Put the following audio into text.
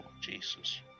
Jesus